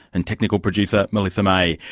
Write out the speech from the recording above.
and technical producer melissa may.